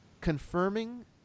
confirming